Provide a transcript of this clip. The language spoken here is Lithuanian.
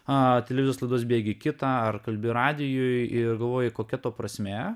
televizijos laidos bėgi į kitą ar kalbi radijuj ir galvoji kokia to prasmė